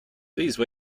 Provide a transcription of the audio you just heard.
dix